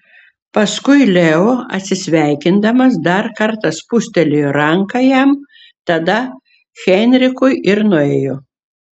paskui leo atsisveikindamas dar kartą spustelėjo ranką jam tada heinrichui ir nuėjo